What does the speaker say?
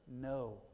No